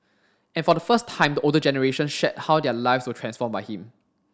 and for the first time the older generation shared how their lives were transformed by him